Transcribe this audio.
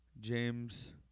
James